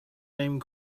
name